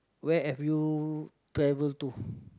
where have you travel to